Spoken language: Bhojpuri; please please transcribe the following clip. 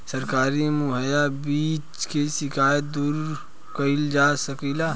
सरकारी मुहैया बीज के शिकायत दूर कईल जाला कईसे?